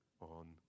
on